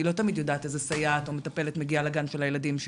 אני לא תמיד יודעת איזו סייעת או מטפלת מגיעה לגן של הילדים שלי.